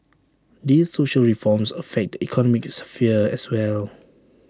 these social reforms affect economic sphere as well